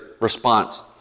response